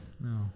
No